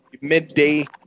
midday